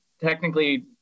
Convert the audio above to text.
Technically